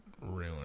ruin